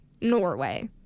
Norway